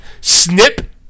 Snip